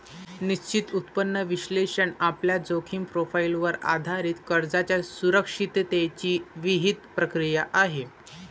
निश्चित उत्पन्न विश्लेषण आपल्या जोखीम प्रोफाइलवर आधारित कर्जाच्या सुरक्षिततेची विहित प्रक्रिया आहे